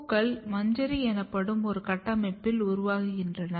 பூக்கள் மஞ்சரி எனப்படும் ஒரு கட்டமைப்பில் உருவாக்கப்படுகின்றன